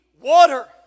water